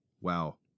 Wow